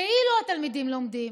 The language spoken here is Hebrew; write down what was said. כאילו התלמידים לומדים.